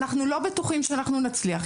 אנחנו לא בטוחים שאנחנו נצליח.